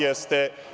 Jeste.